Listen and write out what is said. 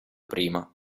prima